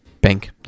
Bank